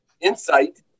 insight